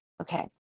Okay